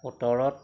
সোতৰত